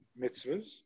mitzvahs